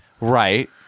Right